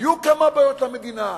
היו כמה בעיות למדינה,